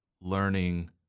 learning